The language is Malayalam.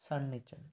സണ്ണിച്ചൻ